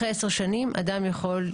אחרי 10 שנים אדם יכול,